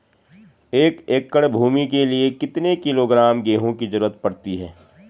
एक एकड़ भूमि के लिए कितने किलोग्राम गेहूँ की जरूरत पड़ती है?